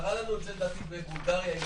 קרה לנו לדעתי בבולגריה.